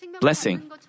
blessing